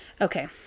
okay